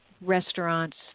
restaurants